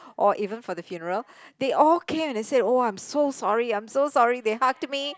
or even for the funeral they all came and they said oh I'm so sorry I'm so sorry they hugged me